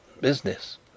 business